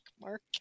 mark